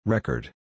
Record